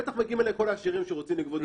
בטח מגיעים אלי כל העשירים שרוצים לגבות יותר,